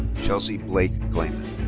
chelsea blake klaiman.